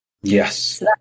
Yes